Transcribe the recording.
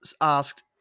asked